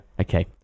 okay